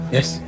Yes